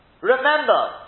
Remember